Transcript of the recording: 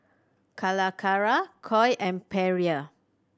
Calacara Koi and Perrier